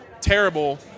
terrible